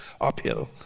uphill